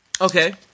Okay